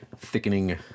thickening